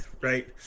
right